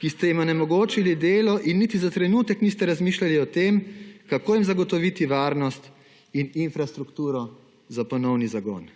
ki ste jim onemogočili delo in niti za trenutek niste razmišljali o tem, kako jim zagotoviti varnost in infrastrukturo za ponovni zagon?